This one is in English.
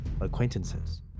acquaintances